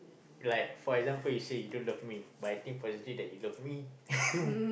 like for example you say you don't love me but I think actually that you love me